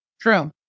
True